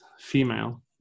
female